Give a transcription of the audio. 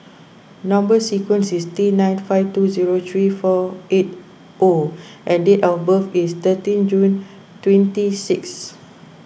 Number Sequence is T nine five two zero three four eight O and date of birth is thirteen June twenty six